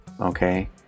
Okay